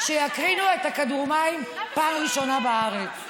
שיקרינו כדור מים פעם ראשונה בארץ.